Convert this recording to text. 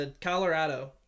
Colorado